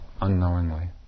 unknowingly